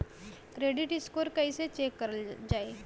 Credit score कइसे check करल जायी?